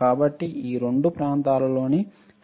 కాబట్టి ఈ 2 ప్రాంతంలోని